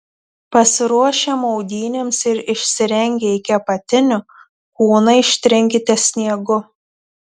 pasiruošę maudynėms ir išsirengę iki apatinių kūną ištrinkite sniegu